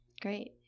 Great